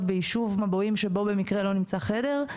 ביישוב מבועים שבו במקרה לא נמצא חדר,